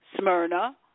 Smyrna